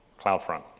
CloudFront